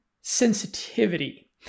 sensitivity